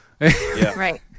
Right